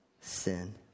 sin